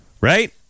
Right